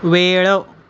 वेळ